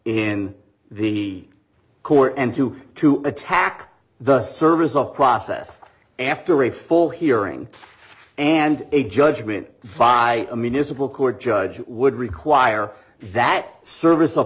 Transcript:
in the court and two to attack the service of process after a full hearing and a judgment by a municipal court judge would require that service